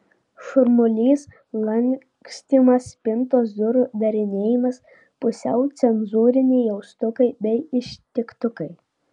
šurmulys lakstymas spintos durų darinėjimas pusiau cenzūriniai jaustukai bei ištiktukai